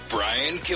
Brian